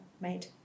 made